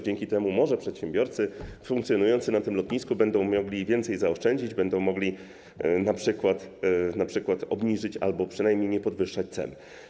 Dzięki temu może przedsiębiorcy funkcjonujący na lotnisku będą mogli więcej zaoszczędzić, będą mogli np. obniżyć ceny albo przynajmniej nie podwyższać cen.